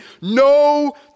no